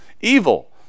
Evil